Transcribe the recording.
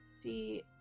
See